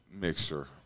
mixture